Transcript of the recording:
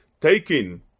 taking